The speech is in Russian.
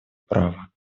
права